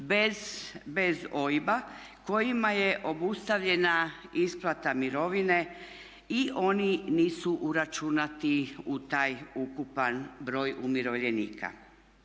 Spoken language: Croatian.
bez OIB-a kojima je obustavljena isplata mirovine i oni nisu uračunati u taj ukupan broj umirovljenika.